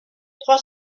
trois